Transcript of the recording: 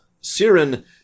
Siren